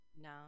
No